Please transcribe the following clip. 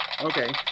okay